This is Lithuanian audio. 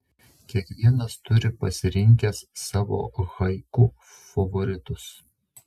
kiekvienas turi pasirinkęs savo haiku favoritus